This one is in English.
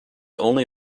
only